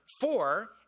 four